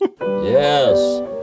Yes